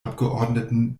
abgeordneten